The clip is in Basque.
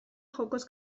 jokoz